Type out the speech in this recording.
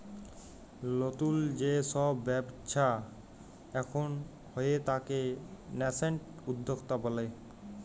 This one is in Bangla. লতুল যে সব ব্যবচ্ছা এখুন হয়ে তাকে ন্যাসেন্ট উদ্যক্তা ব্যলে